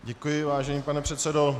Děkuji, vážený pane předsedo.